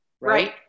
right